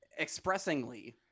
Expressingly